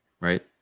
right